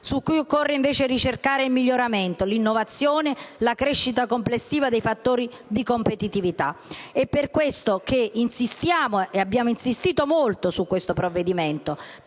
su cui occorre invece ricercare il miglioramento, l'innovazione, la crescita complessiva dei fattori di competitività. È per questo che insistiamo ed abbiamo insistito molto su questo provvedimento,